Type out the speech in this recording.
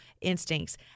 instincts